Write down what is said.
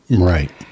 Right